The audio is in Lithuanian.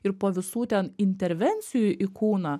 ir po visų ten intervencijų į kūną